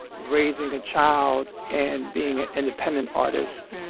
raising a child and being an independent artist?